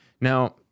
Now